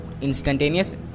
instantaneous